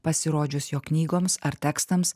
pasirodžius jo knygoms ar tekstams